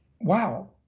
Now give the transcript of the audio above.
Wow